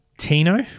Tino